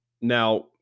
now